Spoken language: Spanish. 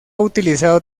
utilizado